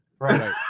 right